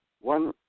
one